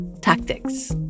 tactics